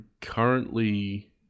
currently